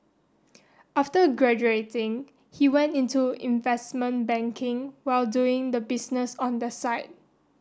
after graduating he went into investment banking while doing the business on the side